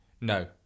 No